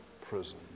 prison